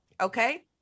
okay